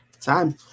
Time